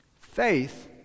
Faith